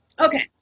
Okay